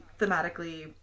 thematically